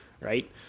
Right